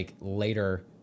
later